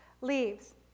leaves